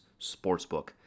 sportsbook